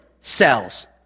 cells